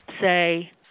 say